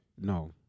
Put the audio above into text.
No